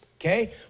Okay